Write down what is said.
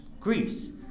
Greece